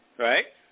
Right